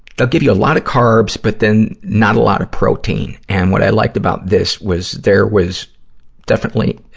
they'll give you a lot of carbs, but then not a lot of protein. and what i liked about this was there was definitely,